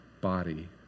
body